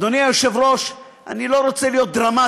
אדוני היושב-ראש, אני לא רוצה להיות דרמטי.